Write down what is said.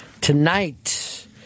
tonight